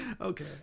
okay